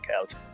out